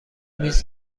میز